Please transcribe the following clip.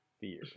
fear